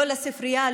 לא לספרייה,